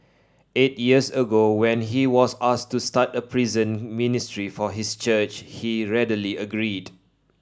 eight years ago when he was asked to start a prison ministry for his church he readily agreed